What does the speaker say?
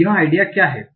तो आइडिया क्या है